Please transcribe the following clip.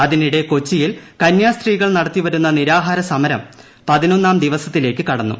അതിനിടെ കൊച്ചിയിൽ കന്യാസ്ത്രികൾ നടത്തിവരുന്ന നിരാഹാര സമരം പതിനൊന്നാം ദിവസത്തിലേക്ക് കടന്നു